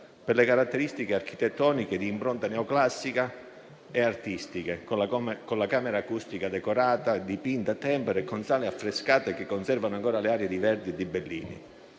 per le caratteristiche architettoniche di impronta neoclassica e artistiche, con la camera acustica decorata, dipinta a tempera, e con sale affrescate che conservano ancora le arie di Verdi e di Bellini;